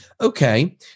okay